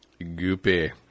Goopy